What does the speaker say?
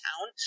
town